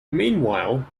meanwhile